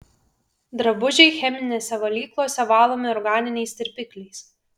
drabužiai cheminėse valyklose valomi organiniais tirpikliais